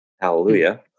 hallelujah